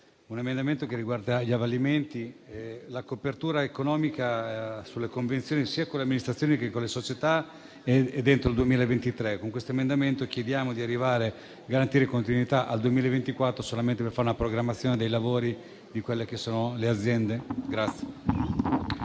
un emendamento che riguarda gli avvalimenti: la copertura economica sulle convenzioni, sia con le amministrazioni sia con le società, è dentro il 2023; con questo emendamento chiediamo di arrivare a garantire continuità al 2024 solamente per fare una programmazione dei lavori delle aziende.